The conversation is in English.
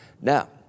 Now